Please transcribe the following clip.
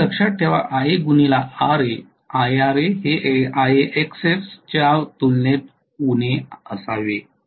कृपया लक्षात ठेवा IaRa हे IaXs च्या तुलनेत उणे असावे